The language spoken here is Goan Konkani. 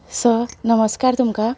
सर नमस्कार तुमकां